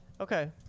okay